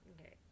Okay